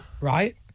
right